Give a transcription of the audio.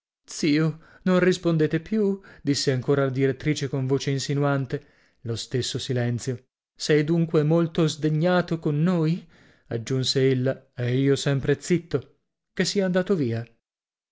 non rispondete più disse ancora la direttrice con voce insinuante lo stesso silenzio sei dunque molto sdegnato con noi aggiunse ella e io sempre zitto che sia andato via